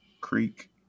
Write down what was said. Creek